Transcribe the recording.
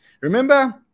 Remember